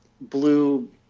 blue